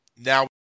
Now